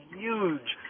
huge